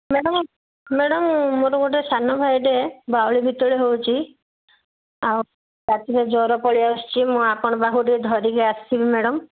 madam madam ମୋର ଗୋଟେ ସାନ ଭାଇଟେ ବାଉଳି ଚାଉଳି ହେଉଛି ଆଉ ରାତିରେ ଜର ପଳାଇ ଆସୁଛି ମୁଁ ଆପଣଙ୍କ ପାଖକୁ ଟିକେ ଧରିକି ଆସିବି ମ୍ୟାଡ଼ାମ୍